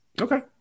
Okay